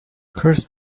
curse